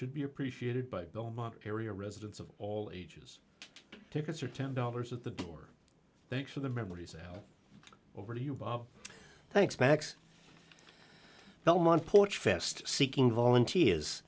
should be appreciated by area residents of all ages tickets are ten dollars at the door thanks for the memories now over to you thanks max belmont porch fest seeking volunteer